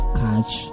catch